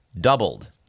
doubled